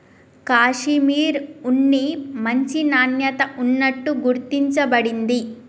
కాషిమిర్ ఉన్ని మంచి నాణ్యత ఉన్నట్టు గుర్తించ బడింది